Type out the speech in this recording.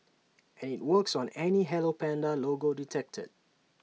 and IT works on any hello Panda logo detected